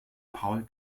paul